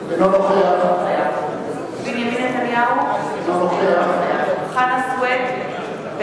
אינו נוכח בנימין נתניהו, אינו נוכח חנא סוייד,